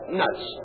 nuts